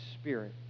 spirit